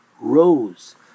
rose